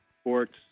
sports